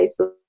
Facebook